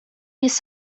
jest